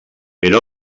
era